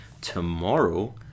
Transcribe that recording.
tomorrow